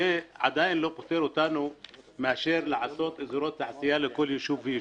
עדיין לא פוטר אותנו מלעשות אזורי תעשייה לכל יישוב ו יישוב.